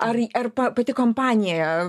ar ar pa pati kompanija